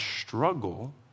struggle